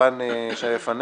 החקיקה.